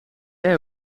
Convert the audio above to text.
jij